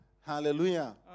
Hallelujah